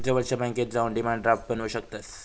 जवळच्या बॅन्केत जाऊन डिमांड ड्राफ्ट बनवू शकतंस